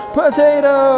potato